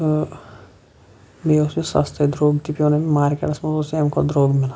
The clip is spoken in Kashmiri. تہٕ بیٚیہِ اوس یہِ سَستے درٛۄگ تہِ پیٚو نہٕ مےٚ یہِ ماکٹَس مَنٛز اوس امہ کھۄتہٕ درۄگ مِلان